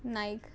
Naik